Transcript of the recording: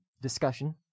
discussion